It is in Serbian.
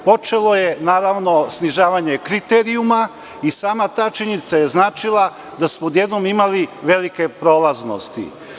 Počelo je naravno snižavanje kriterijuma i sama ta činjenica je značila da smo odjednom imali velike prolaznosti.